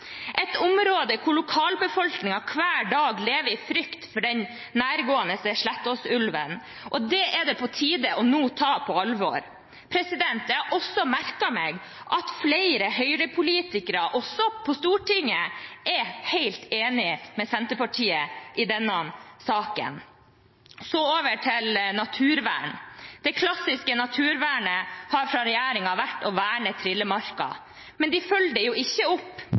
et område hvor lokalbefolkningen hver dag lever i frykt for den nærgående Slettås-ulven. Det er det nå på tide å ta på alvor. Jeg har også merket meg at flere Høyre-politikere, også på Stortinget, er helt enige med Senterpartiet i denne saken. Så over til naturvern: Det klassiske naturvernet har fra regjeringens side vært å verne Trillemarka. Men de følger det ikke opp.